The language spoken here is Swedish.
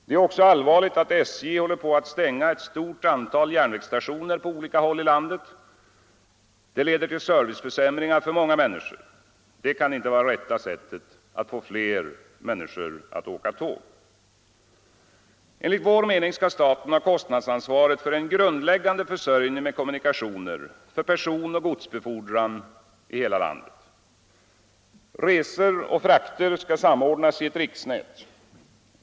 Det är också allvarligt att SJ håller på att stänga ett stort antal järnvägsstationer på olika håll i landet med serviceförsämring för många människor som följd. Det kan inte vara rätta sättet att få flera människor att åka tåg. Staten skall enligt vår mening ha kostnadsansvaret för en grundläggande försörjning med kommunikationer för personoch godsbefordran i hela landet. Resor och frakter skall samordnas i ett riksnät.